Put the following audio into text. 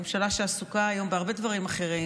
ממשלה שעסוקה היום בהרבה דברים אחרים,